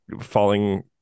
falling